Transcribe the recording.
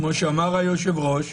כמו שאמר היושב-ראש,